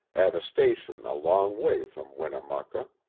at a station a long way from winnemucca.